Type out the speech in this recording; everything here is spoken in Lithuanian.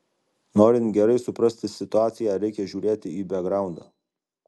norint gerai suprasti situaciją reikia žiūrėti į bekgraundą